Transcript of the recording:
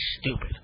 stupid